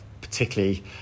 particularly